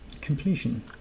completion